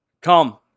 Come